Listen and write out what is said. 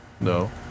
No